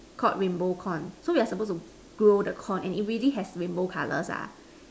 called rainbow corn so we are supposed to grow the corn and it really has rainbow colors ah